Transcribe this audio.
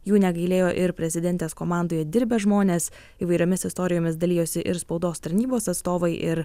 jų negailėjo ir prezidentės komandoje dirbę žmonės įvairiomis istorijomis dalijosi ir spaudos tarnybos atstovai ir